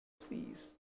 Please